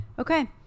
Okay